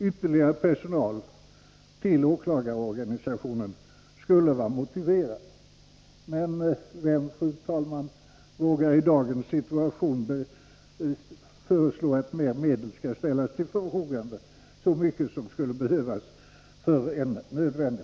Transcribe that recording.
Ytterligare personal till åklagarorganisationen skulle vara motiverad. Men vem, fru talman, vågar i dagens situation föreslå att de medel som erfordras för en nödvändig personalförstärkning skall ställas till förfogande?